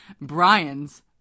brian's